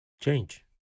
change